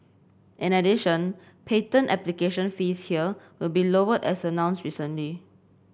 in addition patent application fees here will be lowered as announced recently